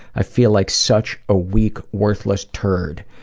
i feel like such a weak, worthless turd.